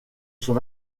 son